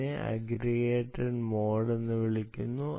ഇതിനെ aggregated mode എന്ന് വിളിക്കുന്നു